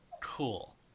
Cool